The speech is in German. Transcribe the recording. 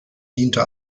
diente